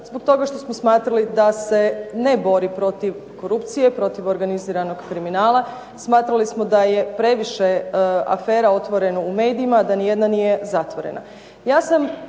zbog toga što smo smatrali da se ne bori protiv korupcije, protiv organiziranog kriminala. Smatrali smo da je previše afera otvoreno u medijima, da nijedna nije zatvorena.